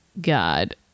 God